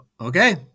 Okay